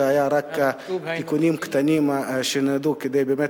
זה היה רק תיקונים קטנים שנועדו באמת